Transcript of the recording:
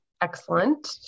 Excellent